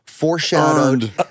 foreshadowed